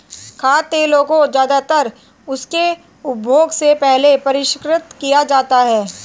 खाद्य तेलों को ज्यादातर उनके उपभोग से पहले परिष्कृत किया जाता है